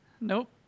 Nope